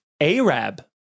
Arab